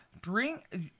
drink